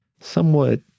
somewhat